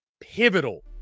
pivotal